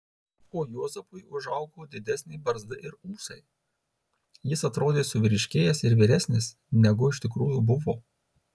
o juozapui užaugo didesnė barzda ir ūsai jis atrodė suvyriškėjęs ir vyresnis negu iš tikrųjų buvo